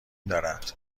دارد